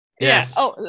Yes